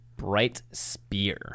Brightspear